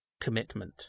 commitment